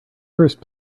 first